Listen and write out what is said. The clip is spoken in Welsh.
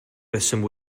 reswm